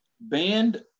banned